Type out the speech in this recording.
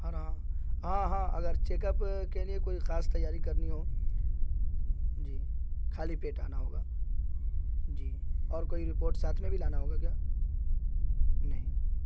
ہر ہاں ہاں ہاں اگر چیک اپ کے لیے کوئی خاص تیاری کرنی ہو جی خالی پیٹ آنا ہوگا جی اور کوئی رپورٹ ساتھ میں بھی لانا ہوگا کیا نہیں